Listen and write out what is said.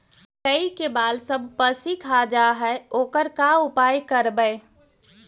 मकइ के बाल सब पशी खा जा है ओकर का उपाय करबै?